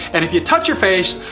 and if you touch your face.